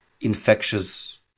infectious